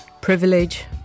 privilege